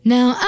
Now